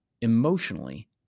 emotionally